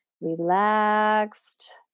relaxed